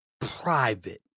private